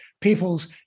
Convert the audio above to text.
people's